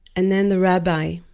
and then the rabbi,